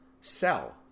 sell